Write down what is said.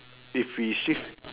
if we shift